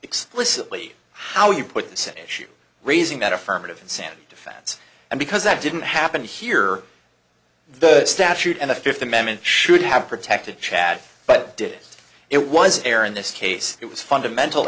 explicitly how you put this issue raising that affirmative insanity defense and because that didn't happen here the statute and the fifth amendment should have protected chad but did it was error in this case it was fundamental